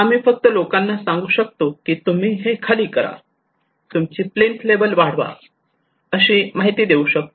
आम्ही फक्त लोकांना सांगू शकतो की तुम्ही हे खाली करा तुमची प्लिंथ लेवल वाढवा अशी माहिती देऊ शकतो